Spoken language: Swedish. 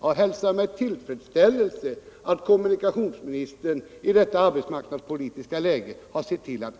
Jag hälsar med tillfredsställelse att kommunikationsministern i detta arbetsmarknadspolitiska läge har sett till att